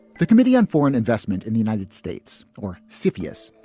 the committee on foreign investment in the united states, or simeus,